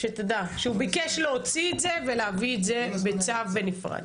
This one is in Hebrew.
שתדע שהוא ביקש להוציא את זה ולהביא את זה בצו בנפרד.